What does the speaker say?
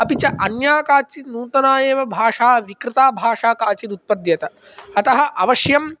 अपि च अन्या काचित् नूतना एव भाषा विकृता भाषा काचित् उत्पद्येत अतः अवश्यं